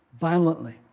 violently